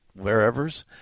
wherevers